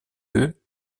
eux